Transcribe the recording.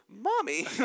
Mommy